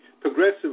progressive